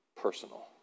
personal